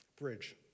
bridge